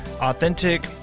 authentic